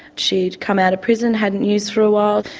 she'd come out of prison, hadn't used for a while,